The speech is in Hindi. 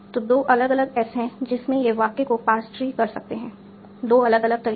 तो दो अलग अलग S हैं जिसमें यह वाक्य को पार्स ट्री कर सकते हैं दो अलग अलग तरीके